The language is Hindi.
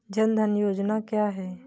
जनधन योजना क्या है?